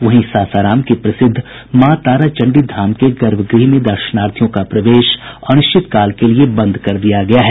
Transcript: वहीं सासाराम के प्रसिद्ध माँ ताराचंडी धाम के गर्भगृह में दर्शनार्थियों का प्रवेश अनिश्चितकाल के लिए बंद कर दिया गया है